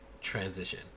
transition